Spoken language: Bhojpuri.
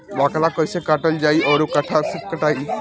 बाकला कईसे काटल जाई औरो कट्ठा से कटाई?